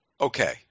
Okay